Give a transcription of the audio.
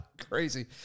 Crazy